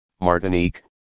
Martinique